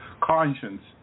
conscience